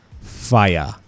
fire